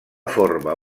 forma